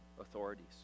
authorities